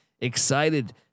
Excited